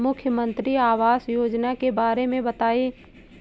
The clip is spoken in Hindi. मुख्यमंत्री आवास योजना के बारे में बताए?